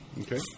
Okay